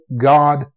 God